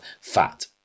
fat